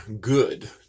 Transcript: good